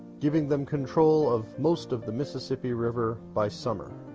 giving them control of most of the mississippi river by summer.